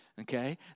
okay